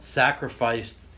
sacrificed